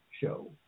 show